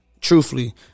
truthfully